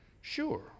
Sure